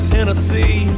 Tennessee